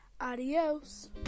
adios